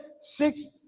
six